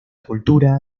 cultura